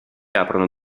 aprono